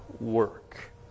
work